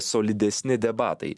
solidesni debatai